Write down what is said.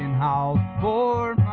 how far